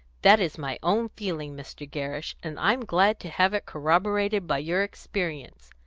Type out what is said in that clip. that is my own feeling, mr. gerrish, and i'm glad to have it corroborated by your experience.